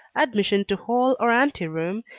admission to hall or anteroom,